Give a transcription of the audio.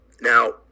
Now